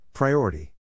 Priority